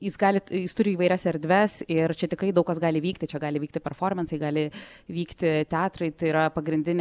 jis gali jis turi įvairias erdves ir čia tikrai daug kas gali vykti čia gali vykti performansai gali vykti teatrai tai yra pagrindinė